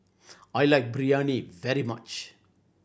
I like Biryani very much